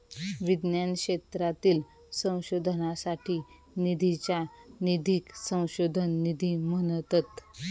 विज्ञान क्षेत्रातील संशोधनासाठी निधीच्या निधीक संशोधन निधी म्हणतत